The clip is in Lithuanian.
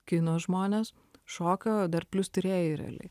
kino žmones šoka dar plius tyrėjai realiai